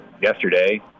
yesterday